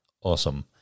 Awesome